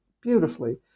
beautifully